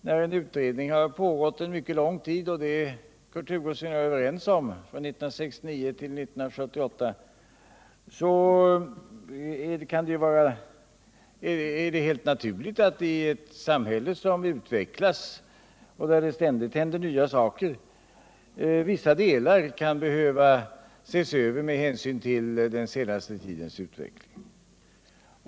När en utredning har pågått en mycket lång tid — det är Kurt Hugosson och jag överens om — från 1969 till 1978 i ett samhälle, som utvecklas och där det ständigt händer nya saker, är det naturligt att vissa delar kan behöva ses över med hänsyn till den senaste tidens utveckling.